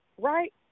right